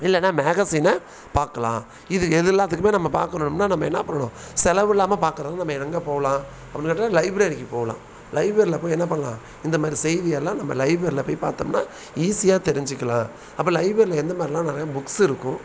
இல்லைன்னா மேகஸினை பார்க்கலாம் இது எது எல்லாத்துக்குமே நம்ம பார்க்கணும்னா நம்ம என்ன பண்ணணும் செலவு இல்லாமல் பார்க்கறது நம்ம எங்கே போகலாம் அப்படின்னிட்டு லைப்ரரிக்கு போகலாம் லைப்ரரியில் போய் என்ன பண்ணலாம் இந்த மாதிரி செய்தி எல்லாம் நம்ம லைப்ரரியில் போய் பார்த்தம்னா ஈஸியாக தெரிஞ்சுக்கலாம் அப்போ லைப்ரரியில் எந்த மாதிரிலாம் நிறைய புக்ஸ் இருக்கும்